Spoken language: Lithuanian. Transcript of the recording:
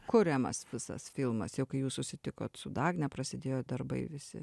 kuriamas visas filmas jau kai jūs susitikot su dagne prasidėjo darbai visi